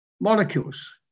molecules